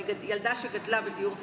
אני ילדה שגדלה בדיור ציבורי,